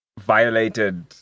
violated